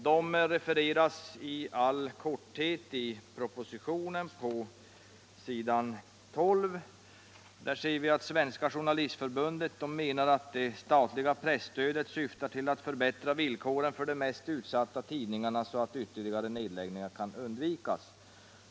De refereras i all korthet i propositionen på s. 12. Där ser vi att Svenska Journalistförbundet ”menar att det statliga presstödet syftar till att förbättra villkoren för de mest utsatta tidningarna så att ytterligare nedläggningar kan undvikas.